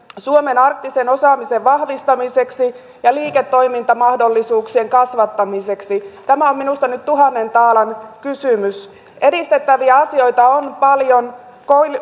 suomen arktisen osaamisen vahvistamiseksi ja liiketoimintamahdollisuuksien kasvattamiseksi tämä on minusta nyt tuhannen taalan kysymys edistettäviä asioita on paljon